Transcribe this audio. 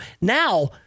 Now